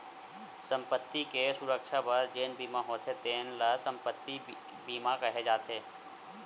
संपत्ति के सुरक्छा बर जेन बीमा होथे तेन ल संपत्ति बीमा केहे जाथे